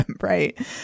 right